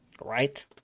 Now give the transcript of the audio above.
Right